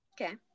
Okay